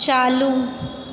चालू